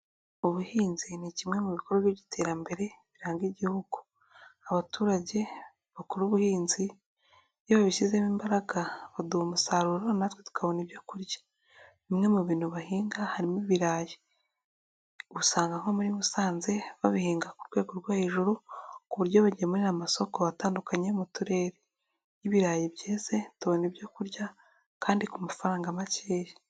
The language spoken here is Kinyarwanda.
Ubuhinzi ni kimwe mu bikorwa by'iterambere biranga Igihugu, abaturage bakora ubuhinzi iyo babishyizemo imbaraga baduha umusaruro natwe tukabona ibyo kurya, bimwe mu bintu bahinga harimo ibirayi usanga nko muri Musanze babihinga ku rwego rwo hejuru, ku buryo bagemurarira amasoko atandukanye mu turere, iyo ibirayi byeze tubona ibyo kurya kandi ku mafaranga makeya.